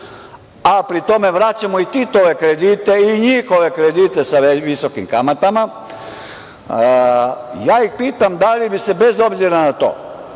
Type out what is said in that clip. a pri tome vraćamo i Titove kredite i njihove kredite sa visokim kamatama, da li bi se bez obzira na to